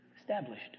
established